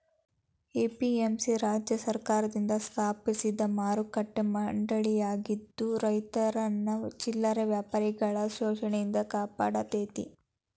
APMC ರಾಜ್ಯ ಸರ್ಕಾರದಿಂದ ಸ್ಥಾಪಿಸಿದ ಮಾರುಕಟ್ಟೆ ಮಂಡಳಿಯಾಗಿದ್ದು ರೈತರನ್ನ ಚಿಲ್ಲರೆ ವ್ಯಾಪಾರಿಗಳ ಶೋಷಣೆಯಿಂದ ಕಾಪಾಡತೇತಿ